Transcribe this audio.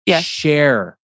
Share